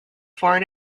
foreign